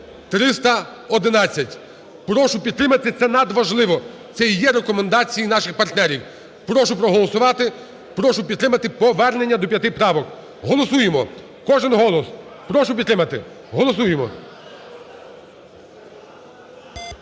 311. Прошу підтримати, це надважливо, це і є рекомендації наших партнерів. Прошу проголосувати, прошу підтримати повернення до п'яти правок. Голосуємо. Кожен голос. Прошу підтримати. Голосуємо.